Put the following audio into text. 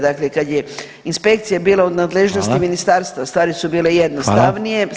Dakle kad je inspekcija bila u nadležnosti Ministarstva [[Upadica: Hvala.]] stvari su bile jednostavnije, sad